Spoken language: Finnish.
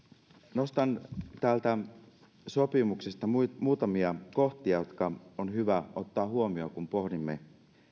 nostan täältä sopimuksesta muutamia kohtia jotka on hyvä ottaa huomioon kun pohdimme